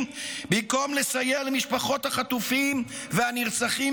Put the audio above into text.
במקום לסייע למשפחות החטופים והנרצחים,